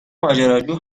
ماجراجو